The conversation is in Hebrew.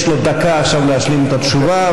יש לו דקה עכשיו להשלים את התשובה,